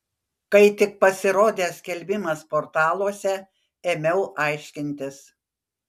kai tik pasirodė skelbimas portaluose ėmiau aiškintis